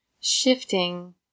shifting